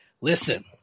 listen